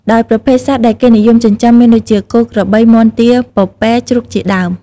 ដោយប្រភេទសត្វដែលគេនិយមចិញ្ចឹម មានដូចជា គោ ក្របី មាន់ ទា ពពែ ជ្រូកជាដើម។